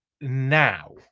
Now